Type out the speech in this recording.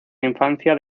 infancia